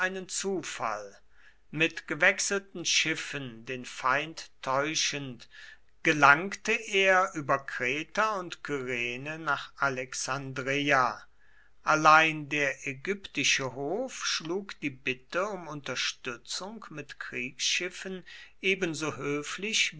zufall mit gewechselten schiffen den feind täuschend gelangte er über kreta und kyrene nach alexandreia allein der ägyptische hof schlug die bitte um unterstützung mit kriegsschiffen ebenso höflich